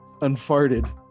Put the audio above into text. unfarted